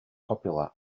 popular